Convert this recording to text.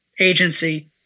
agency